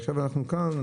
עכשיו אנחנו כאן,